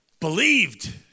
believed